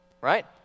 right